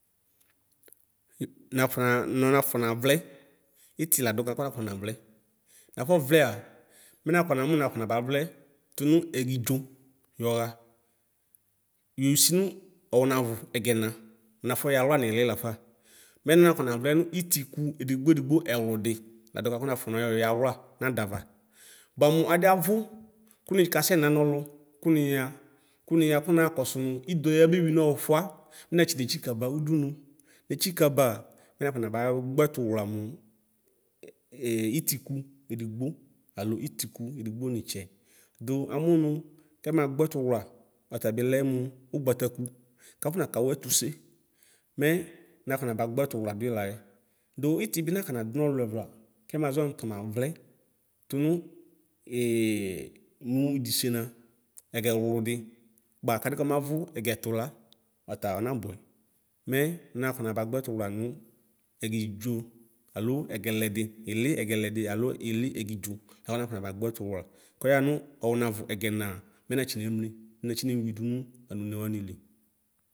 Naƒɔ nɔnaƒɔna vlɛ iti laduka ku nafonavlɛ. Nafɔvlɛa mɛ nakɔ namu nafɔ navablɛ tunu ɛgidzoyɔɣa. Yoesinu ɔɣunavu ɛgɛna munafɔ yawla miili lafa mɛ nafɔnavlɛ nu itiku edigboedigbo ɛwlɔdi latɛfa kunafɔ nayɔ yawla nadawa. Buamu adiawu ku mikasɛ nanonu kuniyaɣa kuniyaa ku naakɔsu nu idɔ yabeyuinɔufua mɛ natsinetsikaba udunu. Netsikəbaa mɛ nakɔ nabaagbetuwla mu ee itiku edigbo alo itiku edigbo nitsɛ, du manu nu kɛmagbetuwla ɔtabilɛ mu ugbataku kafɔnakawuetuse. Mɛ nafonaba gbɛtu wla dui laɛ; du itibi nakanadu nɔluluɛvla kɛmaʒɔ nutamavlɛ tunu eee muu idisenǝ ǝgɛwludi kpa kadi kɔmavi ɛgɛto la, ɔtaa ɔnabuɛ. Mɛ naafɔ nabagbɛtuwla egidzo alo ɛgɛlɛdi ili ɛgɛlɛdi alo ili ɛgidzo laku nafɔnabagbɛtuwla, kɔyaɣa nu ɔɣunavu ɛgɛnaa mɛ natsinemli mɛnatsi ne yuidu nu, anume wamili.